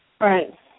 Right